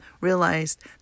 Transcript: realized